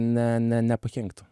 ne ne nepakenktų